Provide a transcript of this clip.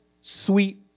sweet